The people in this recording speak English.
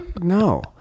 No